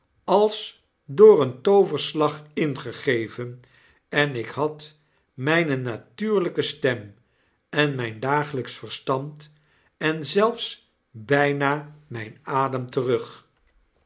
als r door een tooverslag inegeven en ik had myne fatuurlgke stem en myn dagelyksch verstand en zelfs byna myn adem terug